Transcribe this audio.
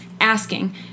Asking